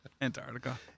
Antarctica